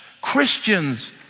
Christians